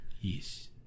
Yes